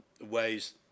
ways